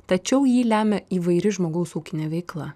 tačiau jį lemia įvairi žmogaus ūkinė veikla